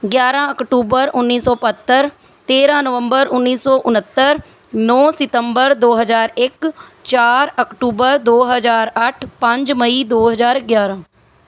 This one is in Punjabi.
ਗਿਆਰ੍ਹਾਂ ਅਕਤੂਬਰ ਉੱਨੀ ਸੌ ਬਹੱਤਰ ਤੇਰ੍ਹਾਂ ਨਵੰਬਰ ਉੱਨੀ ਸੌ ਉਣਹੱਤਰ ਨੌਂ ਸਤੰਬਰ ਦੋ ਹਜ਼ਾਰ ਇੱਕ ਚਾਰ ਅਕਤੂਬਰ ਦੋ ਹਜ਼ਾਰ ਅੱਠ ਪੰਜ ਮਈ ਦੋ ਹਜ਼ਾਰ ਗਿਆਰ੍ਹਾਂ